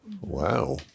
Wow